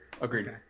Agreed